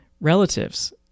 relatives